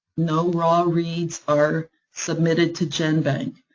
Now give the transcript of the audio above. no raw reads are submitted to genbank.